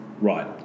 Right